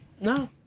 No